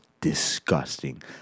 disgusting